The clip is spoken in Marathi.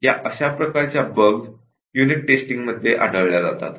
या अशा प्रकारच्या बग युनिट टेस्टिंगमध्ये आढळल्या जातात